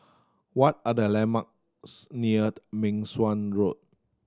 what are the landmarks near Meng Suan Road